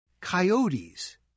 coyotes